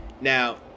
now